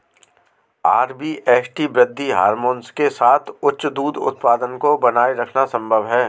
RBST वृद्धि hormone के साथ उच्च दूध उत्पादन को बनाए रखना संभव है